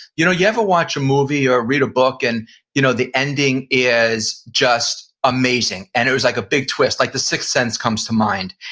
you know you ever watch a movie or read a book, and you know the ending is just amazing, and it was like a big twist, like the sixth sense comes to mind.